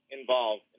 involved